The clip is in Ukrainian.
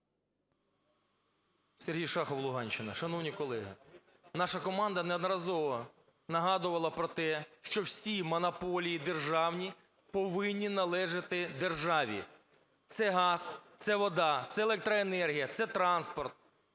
Сергій Шахов, Луганщина. Шановні колеги, наша команда неодноразово нагадувала про те, що всі монополії державні повинні належати державі: це газ, це вода, це електроенергія, це транспорт.